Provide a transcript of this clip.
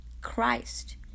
Christ